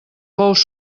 bous